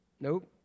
Nope